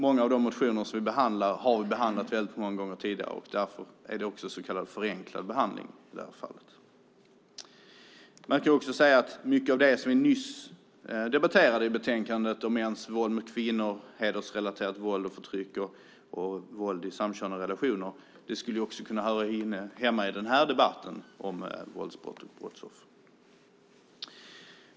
Många av de motioner som vi behandlar har vi behandlat många gånger tidigare, och därför är det i detta fall så kallad förenklad behandling. Mycket av det som vi nyss debatterade med anledning av betänkandet om mäns våld mot kvinnor, hedersrelaterat våld och förtryck samt våld i samkönade relationer skulle också kunna höra hemma i denna debatt om våldsbrott och brottsoffer.